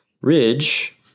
Ridge